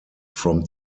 from